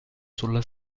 sulla